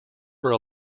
were